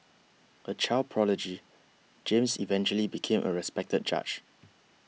a child prodigy James eventually became a respected judge